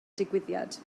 digwyddiad